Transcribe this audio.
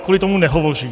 Kvůli tomu nehovořím.